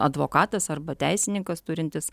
advokatas arba teisininkas turintis